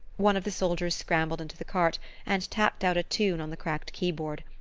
one of the soldiers scrambled into the cart and tapped out a tune on the cracked key-board,